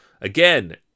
Again